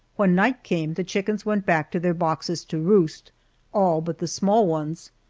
when night came the chickens went back to their boxes to roost all but the small ones.